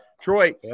Troy